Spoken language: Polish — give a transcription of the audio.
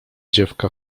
dziewka